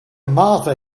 martha